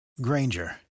Granger